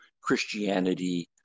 Christianity